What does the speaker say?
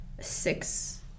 six